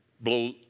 blow